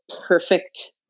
perfect